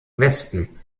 westen